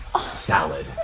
salad